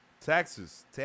Texas